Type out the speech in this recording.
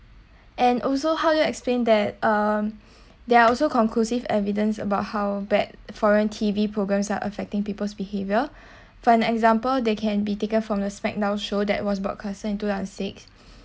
and also how you do explain that um there are also conclusive evidence about how bad foreign T_V programmes are affecting people's behaviour for an example they can be taken from the spec now show that was broadcast in two thousand six